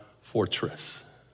fortress